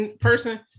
person